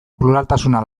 pluraltasuna